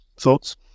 thoughts